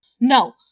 No